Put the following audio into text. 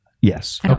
Yes